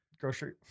Grocery